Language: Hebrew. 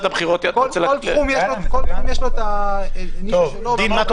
כל תחום יש לו את הנישה שלו --- דין ליבנה,